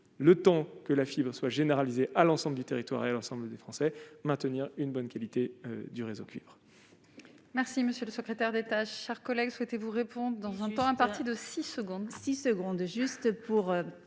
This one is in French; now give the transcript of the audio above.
le temps que la fibre soit généralisée à l'ensemble du territoire et l'ensemble des Français, maintenir une bonne qualité du réseau cuivre.